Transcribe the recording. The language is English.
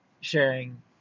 sharing